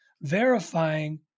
verifying